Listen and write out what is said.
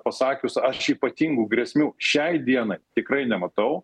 pasakius aš ypatingų grėsmių šiai dienai tikrai nematau